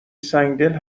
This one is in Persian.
سنگدل